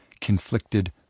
Conflicted